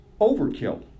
Overkill